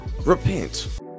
repent